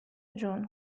جون